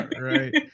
right